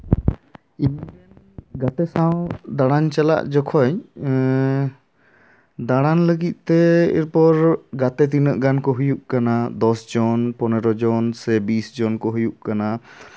ᱤᱧ ᱨᱮᱱ ᱜᱟᱛᱮ ᱥᱟᱶ ᱫᱟᱸᱬᱟᱱ ᱪᱟᱞᱟᱜ ᱡᱚᱠᱷᱚᱡ ᱫᱟᱸᱬᱟᱱ ᱞᱟᱹᱜᱤᱫ ᱛᱮ ᱮᱨᱯᱚᱨ ᱜᱟᱛᱮ ᱛᱤᱱᱟᱜ ᱜᱟᱱ ᱠᱚ ᱦᱩᱭᱩᱜ ᱠᱟᱱᱟ ᱫᱚᱥ ᱡᱚᱱ ᱯᱚᱱᱨᱚ ᱡᱚᱱ ᱥᱮ ᱵᱤᱥ ᱡᱚᱱ ᱠᱚ ᱦᱩᱭᱩᱜ ᱠᱟᱱᱟ